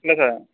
இல்லை சார்